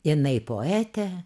jinai poetė